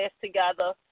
together